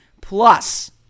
Plus